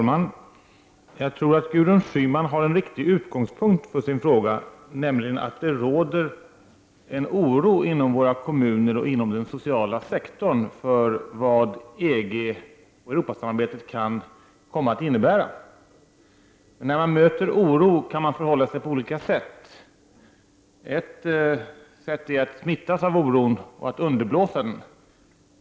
Herr talman! Gudrun Schyman har en riktig utgångspunkt för sin interpellation, nämligen att det råder en oro inom kommunerna och inom den sociala sektorn för vad EG och Europasamarbetet kan komma att innebära. När man möter oro kan man förhålla sig på olika sätt. Ett sätt är att smittas av oron och att underblåsa den.